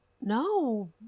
no